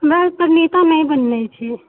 हमरा पर नेता नहि बननाइ छै